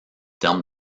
termes